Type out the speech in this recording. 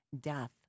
death